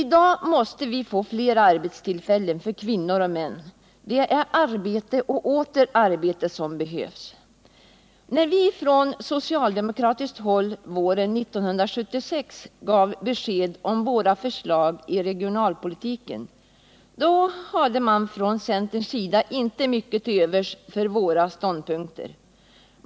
I dag måste vi få fler arbetstillfällen för kvinnor och män i glesbygden. Det är arbeten och åter arbeten som behövs. När vi från socialdemokratiskt håll våren 1976 gav besked om våra förslag i regionalpolitiken, hade man från centerns sida inte mycket till övers för våra ståndpunkter.